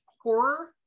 horror